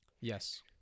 Yes